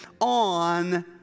on